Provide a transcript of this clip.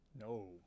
No